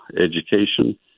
education